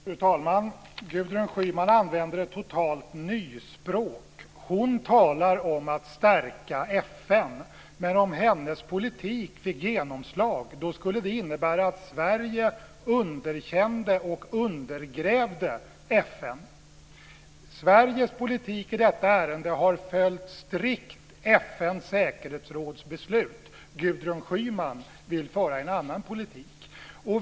Fru talman! Gudrun Schyman använder ett totalt nyspråk. Hon talar om att stärka FN. Men om hennes politik fick genomslag skulle det innebära att Sverige underkände och undergrävde FN. Sveriges politik i detta ärende har strikt följt FN:s säkerhetsråds beslut. Gudrun Schyman vill föra en annan politik.